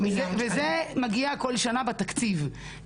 זה מגיע בכל שנה בתקציב,